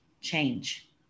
change